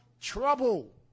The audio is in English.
trouble